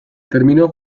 terminò